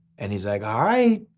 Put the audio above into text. and he's like, all right,